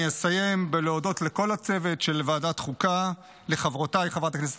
אני אסיים בלהודות לכל הצוות של ועדת החוקה ולחברותיי חברת הכנסת